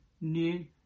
new